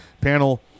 panel